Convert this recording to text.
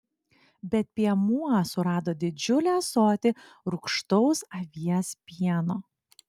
bet piemuo surado didžiulį ąsotį rūgštaus avies pieno